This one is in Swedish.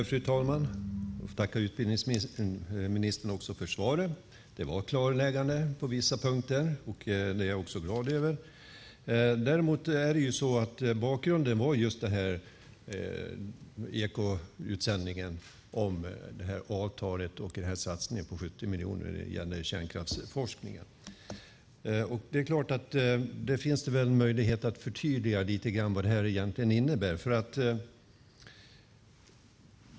Fru talman! Jag tackar utbildningsministern för svaret. Det var klarläggande på vissa punkter, och det är jag också glad över. Bakgrunden var Ekoutsändningen om avtalet och satsningen på 70 miljoner gällande kärnkraftsforskningen. Det finns möjlighet att förtydliga vad det egentligen innebär.